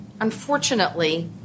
unfortunately